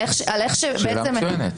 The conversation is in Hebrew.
שאלה מצוינת.